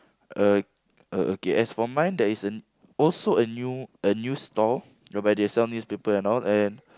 uh o~ okay as for mine there is a also a new a new store whereby they sell newspaper and all and